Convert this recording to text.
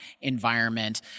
environment